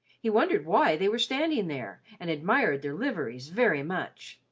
he wondered why they were standing there, and admired their liveries very much.